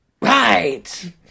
right